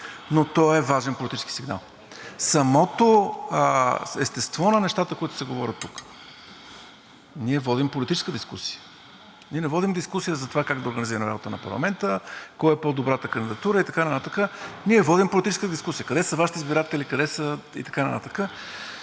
но то е важен политически сигнал. Самото естество на нещата, които се говорят тук, ние водим политическа дискусия. Ние не водим дискусия за това как да организираме работата на парламента, кой е по-добрата кандидатура и така нататък, ние водим политическа дискусия – къде са Вашите избиратели, къде са... и така нататък.